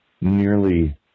nearly